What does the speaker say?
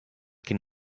can